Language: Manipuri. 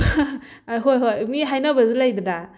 ꯍꯣꯏ ꯍꯣꯏ ꯃꯤ ꯍꯥꯏꯅꯕꯁꯨ ꯂꯩꯗꯅ